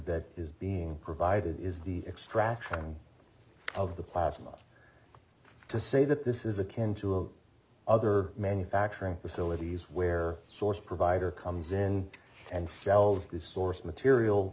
that is being provided is the extraction of the plasma to say that this is akin to a other manufacturing facilities where source provider comes in and sells the source material